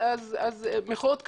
מחיאות כפיים.